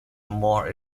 more